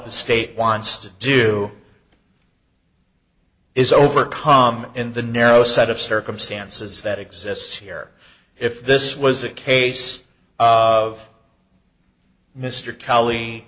the state wants to do is overcome in the narrow set of circumstances that exists here if this was a case of mr kelly